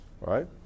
right